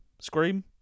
Scream